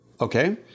Okay